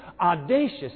Audacious